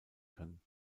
können